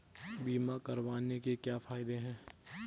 बीमा करवाने के क्या फायदे हैं?